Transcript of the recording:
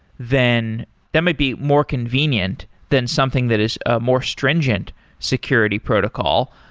then that might be more convenient than something that is a more stringent security protocol,